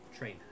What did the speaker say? Train